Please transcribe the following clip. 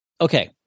Okay